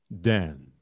Dan